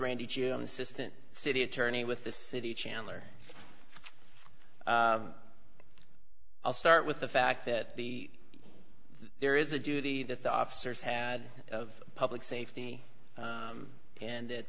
randy assistant city attorney with the city chandler i'll start with the fact that the there is a duty that the officers had of public safety and that